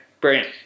Brilliant